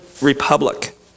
republic